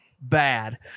bad